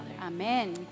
Amen